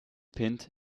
pinned